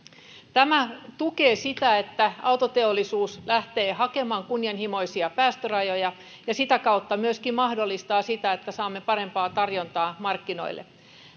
tämä tukee sitä että autoteollisuus lähtee hakemaan kunnianhimoisia päästörajoja ja sitä kautta myöskin mahdollistaa sitä että saamme parempaa tarjontaa markkinoille